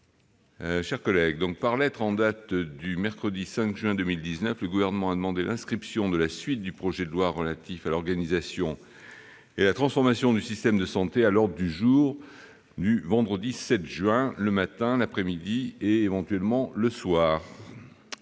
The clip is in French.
chers collègues, par lettre en date du mercredi 5 juin 2019, le Gouvernement a demandé l'inscription de la suite du projet de loi relatif à l'organisation et à la transformation du système de santé à l'ordre du jour du vendredi 7 juin, le matin, l'après-midi et, éventuellement, le soir.